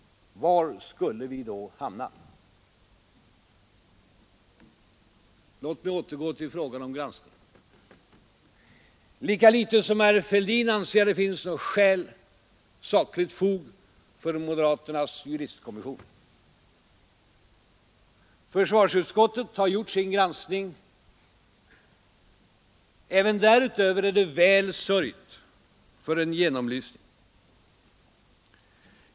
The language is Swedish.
Var skulle vi då hamna? Låt mig återgå till frågan om granskning. Lika litet som herr Fälldin anser jag det finns något skäl eller sakligt fog för moderaternas krav på en juristkommission. Försvarsutskottet har gjort sin granskning. Även därutöver är det väl sörjt för en genomlysning.